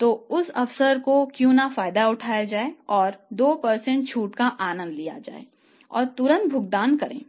तो उस अवसर को क्यों न फायदा उठाया जाए और 2 छूट का आनंद लिया जाए और तुरंत भुगतान करें